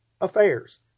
affairs